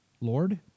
Lord